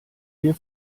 wir